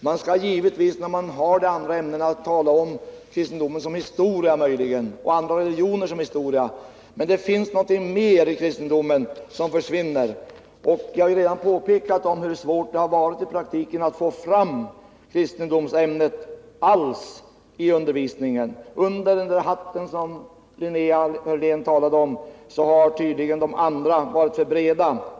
Man skall givetvis när man undervisar i de andra ämnena tala om kristendomen och andra religioner som historia. Men det finns någonting mer i kristendomen, som försvinner. Jag har redan påpekat hur svårt det i praktiken varit att få fram kristendomsämnet alls i undervisningen. Under den hatt Linnea Hörlén talade om har tydligen de andra ämnena varit för breda.